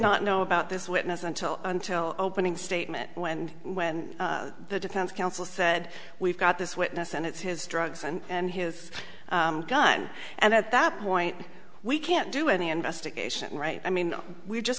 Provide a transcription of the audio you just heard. not know about this witness until until opening statement when and when the defense counsel said we've got this witness and it's his drugs and his gun and at that point we can't do any investigation right i mean we just